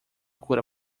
cura